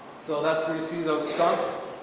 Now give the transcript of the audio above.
so that's where you see those stumps.